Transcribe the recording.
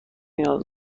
نیاز